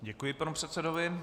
Děkuji panu předsedovi.